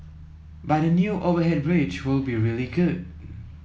but the new overhead bridge will be really good